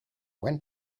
went